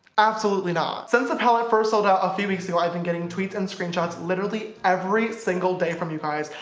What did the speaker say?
absolutely not. since the palette first sold out a few weeks ago i've been getting tweets and screenshots literally every single day from you guys.